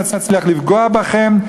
נצליח לפגוע בכם,